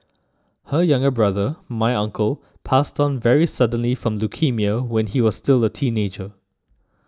her younger brother my uncle passed on very suddenly from leukaemia when he was still a teenager